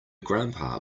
grandpa